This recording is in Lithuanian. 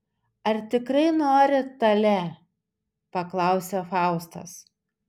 ar tikrai nori tale paklausė faustas